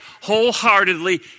wholeheartedly